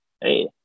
Hey